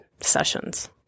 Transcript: sessions